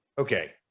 Okay